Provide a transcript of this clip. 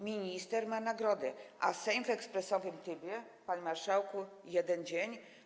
Minister ma nagrody, a Sejm w ekspresowym trybie, panie marszałku - jeden dzień.